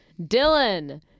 Dylan